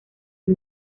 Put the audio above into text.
los